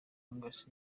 hughes